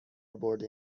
برده